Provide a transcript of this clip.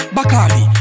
Bacardi